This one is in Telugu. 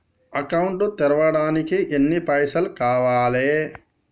అకౌంట్ తెరవడానికి ఎన్ని పైసల్ కావాలే?